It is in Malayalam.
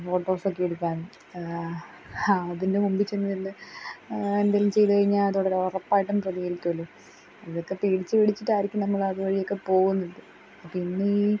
ഫോട്ടോസക്കെ എടുക്കാനും അതിൻ്റെ മുമ്പിൽച്ചെന്ന് നിന്ന് എന്തേലും ചെയ്തുകഴിഞ്ഞാല് അതവിടെ ഉറപ്പായിട്ടും പ്രതികരിക്കുമല്ലോ ഇതൊക്കെ പേടിച്ച് പേടിച്ചിട്ടായിരിക്കും നമ്മളത് വഴിയൊക്കെ പോകുന്നത് പിന്നെയീ